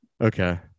Okay